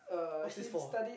what's this for ah